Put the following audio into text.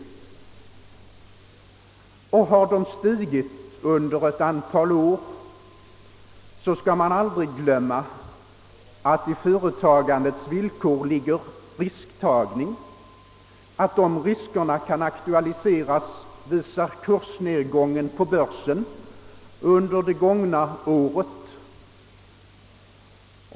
Och även om SAAB:s aktier har stigit under ett antal år, skall vi inte glömma att i företagandets villkor ligger också risktagning. Att de riskerna kan aktualiseras visar också kursnedgången på börsen under det gångna året.